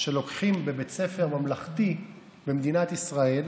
שלוקחים בבית ספר ממלכתי במדינת ישראל